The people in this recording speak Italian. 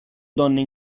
donne